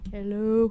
Hello